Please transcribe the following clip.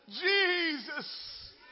Jesus